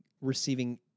receiving